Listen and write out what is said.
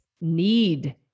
need